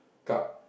cup